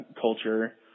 culture